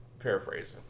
paraphrasing